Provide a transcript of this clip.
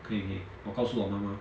可以可以我告诉我妈妈